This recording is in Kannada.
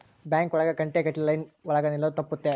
ಬ್ಯಾಂಕ್ ಒಳಗ ಗಂಟೆ ಗಟ್ಲೆ ಲೈನ್ ಒಳಗ ನಿಲ್ಲದು ತಪ್ಪುತ್ತೆ